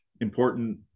important